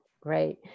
Great